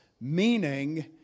meaning